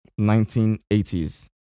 1980s